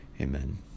Amen